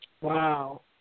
Wow